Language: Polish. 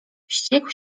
wściekł